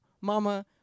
Mama